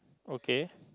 okay